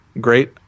great